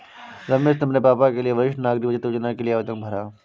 रमेश ने अपने पापा के लिए वरिष्ठ नागरिक बचत योजना के लिए आवेदन भरा